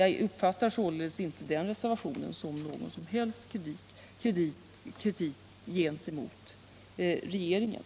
Jag uppfattar således inte den reservationen som någon kritik mot regeringen.